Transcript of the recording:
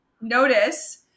notice